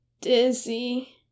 dizzy